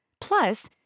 Plus